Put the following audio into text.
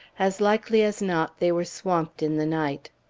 as likely as not they were swamped in the night.